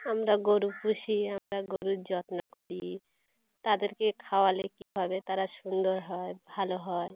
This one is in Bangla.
আমরা গরু পুষি আমরা গরুর যত্ন করি তাদেরকে খাওয়ালে কীভাবে তারা সুন্দর হয় ভালো হয়